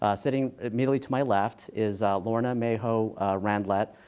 sitting immediately to my left is lorna may ho randlett.